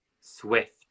Swift